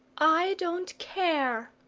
i don't care,